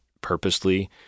purposely